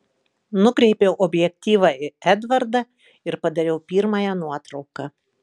nukreipiau objektyvą į edvardą ir padariau pirmąją nuotrauką